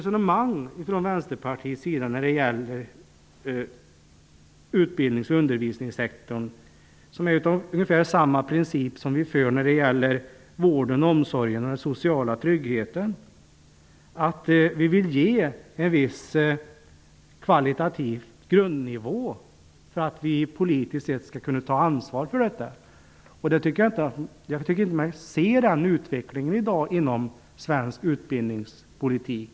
Vänsterpartiet för ett resonemang om utbildningsoch undervisningssektorn som bygger på ungefär samma princip som våra resonemang om vården, omsorgen och den sociala tryggheten: Vi vill ha en grundnivå av en viss kvalitet för att politiskt kunna ta ansvar för desa saker. Den utvecklingen tycker jag mig inte se i dag inom svensk utbildningspolitik.